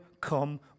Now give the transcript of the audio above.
come